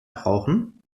brauchen